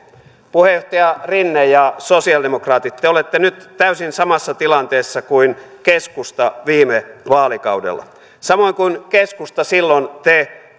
puheenjohtaja rinne ja sosialidemokraatit te olette nyt täysin samassa tilanteessa kuin keskusta viime vaalikaudella samoin kuin keskusta silloin te